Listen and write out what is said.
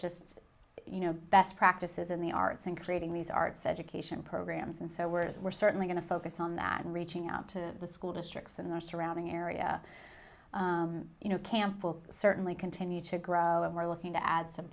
just you know best practices in the arts in creating these arts education programs and so words were certainly going to focus on that and reaching out to the school districts and their surrounding area you know camp will certainly continue to grow and we're looking to add some